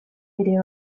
ere